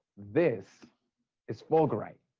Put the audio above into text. this is fulgurite.